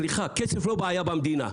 סליחה, כסף לא בעיה במדינה.